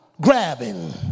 grabbing